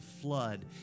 flood